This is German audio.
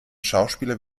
schauspieler